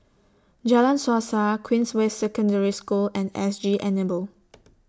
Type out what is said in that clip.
Jalan Suasa Queensway Secondary School and S G Enable